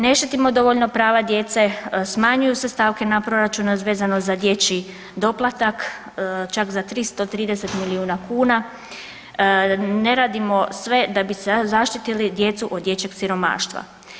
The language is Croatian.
Ne štitimo dovoljno prava djece, smanjuju se stavke na proračunu vezano za dječji doplatak čak za 330 milijuna kuna, ne radimo sve da bi se zaštitili djecu od dječjeg siromaštva.